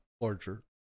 larger